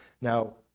Now